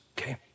Okay